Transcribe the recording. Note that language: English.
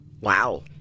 Wow